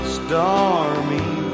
stormy